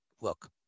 look